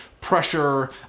pressure